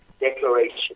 declaration